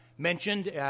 mentioned